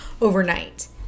overnight